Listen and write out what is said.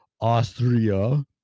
Austria